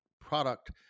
product